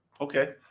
Okay